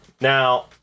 now